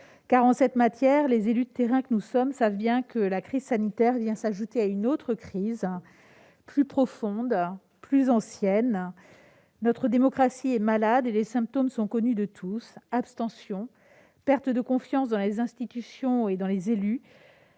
en cette matière, les élus de terrain que nous sommes savent bien que la crise sanitaire vient s'ajouter à une autre crise, plus profonde et plus ancienne. Notre démocratie est malade et les symptômes sont connus de tous : abstention, perte de confiance dans les institutions et les élus.